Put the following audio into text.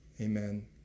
Amen